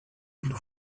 nous